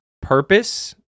Purpose